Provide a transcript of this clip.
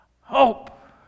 hope